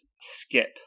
Skip